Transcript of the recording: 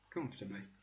Comfortably